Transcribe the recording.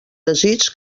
desig